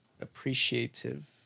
appreciative